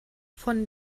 von